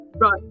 right